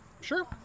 Sure